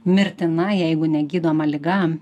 mirtina jeigu negydoma liga